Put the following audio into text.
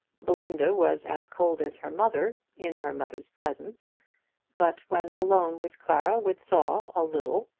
belinda was as cold as her mother in her mother's presence but when alone with clara would thaw a little.